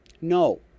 No